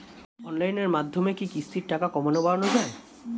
অনলাইনের মাধ্যমে কি কিস্তির টাকা কমানো বাড়ানো যায়?